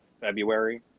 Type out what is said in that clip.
February